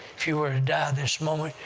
if you were to die this moment,